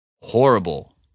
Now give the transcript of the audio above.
Horrible